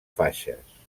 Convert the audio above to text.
faixes